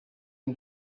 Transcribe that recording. y’u